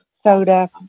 soda